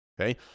okay